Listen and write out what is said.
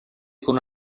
con